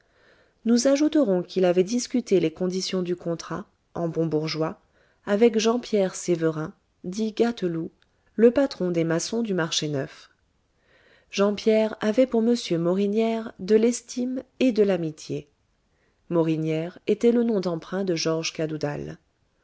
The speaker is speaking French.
nous ajouterons qu'il avait discuté les conditions du contrat en bon bourgeois avec jean pierre sévérin dit gâteloup le patron des maçons du marché neuf jean pierre avait pour m morinière de l'estime et de l'amitié morinière était le nom d'emprunt de georges cadoudal